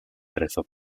rezo